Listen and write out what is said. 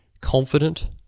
confident